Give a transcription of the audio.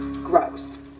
gross